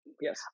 yes